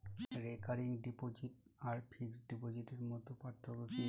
Recurring deposit আর fixed ডিপোজিটের মধ্যে পার্থক্য কি?